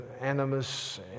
animus